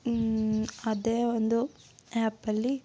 ಅದೇ ಒಂದು ಆ್ಯಪಲ್ಲಿ